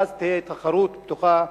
ואז תהיה תחרות פתוחה,